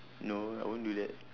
no I won't do that